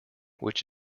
which